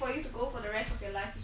I've asian blood in me